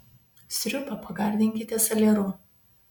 sriubą pagardinkite salieru